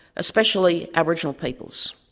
especially aboriginal peoples.